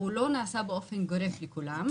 לא נעשה באופן גורף לכולם,